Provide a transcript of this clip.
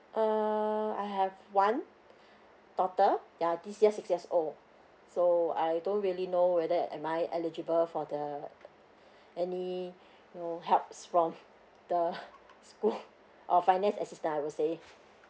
err I have one total yeah this year six years old so I don't really know whether am I eligible for the any you know helps from the school or finance assistance I would say